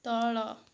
ତଳ